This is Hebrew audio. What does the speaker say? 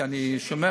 כי אני שומע,